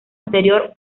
interior